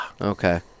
Okay